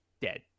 dead